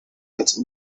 als